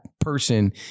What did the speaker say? person